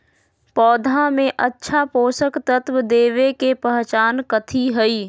पौधा में अच्छा पोषक तत्व देवे के पहचान कथी हई?